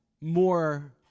more